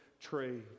trade